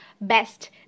best